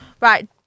right